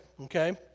okay